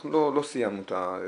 אנחנו לא סיימנו את הנושא.